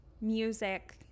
music